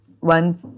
one